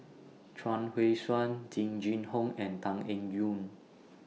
Chuang Hui Tsuan Jing Jun Hong and Tan Eng Yoon